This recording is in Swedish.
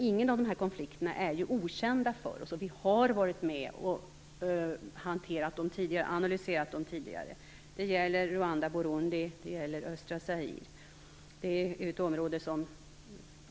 Ingen av dessa konflikter är dock okänd för oss, och vi har varit med om att analysera och hantera dem tidigare. Det gäller Rwanda, Burundi och östra Zaire.